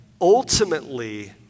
ultimately